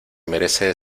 merece